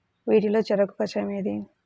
వీటిలో చెరకు కషాయం ఏది?